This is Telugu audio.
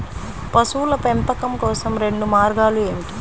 పశువుల పెంపకం కోసం రెండు మార్గాలు ఏమిటీ?